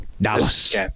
Dallas